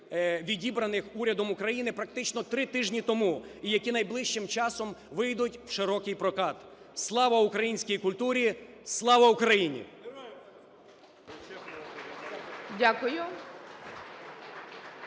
відібраних урядом України практично 3 тижні тому і які найближчим часом вийдуть в широкий прокат. Слава українській культурі! Слава Україні!